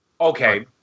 Okay